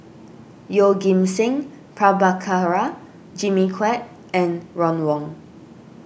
Yeoh Ghim Seng Prabhakara Jimmy Quek and Ron Wong